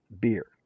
beer